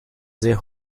sehr